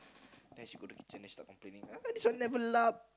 then she go to kitchen then she starting ah how come this one never